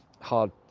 hard